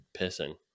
pissing